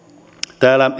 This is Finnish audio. täällä